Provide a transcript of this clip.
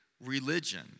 religion